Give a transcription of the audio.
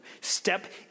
Step